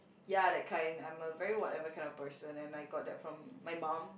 ya that kind I'm a very whatever kind of person and I got that from my mom